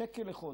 שקל, שקל לחודש,